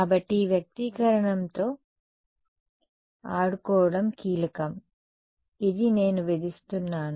కాబట్టి ఈ వ్యక్తీకరణ తో ఆడుకోవడం కీలకం ఇది నేను విధిస్తున్నాను